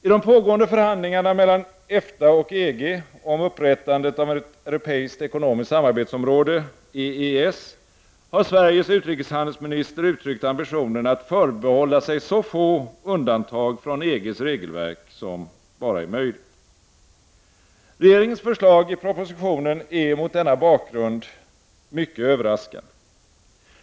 I de pågående förhandlingarna mellan EFTA och EG om upprättandet av ett europeiskt ekonomiskt samarbetsområde har Sveriges utrikeshan delsminister uttryckt ambitionen att förbehålla sig så få undantag från EGs regelverk som möjligt. Regeringens förslag i propositionen är mot denna bakgrund mycket överraskande.